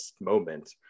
moment